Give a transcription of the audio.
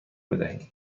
بدهیم